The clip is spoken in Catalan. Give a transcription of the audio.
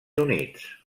units